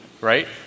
Right